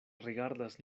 rigardas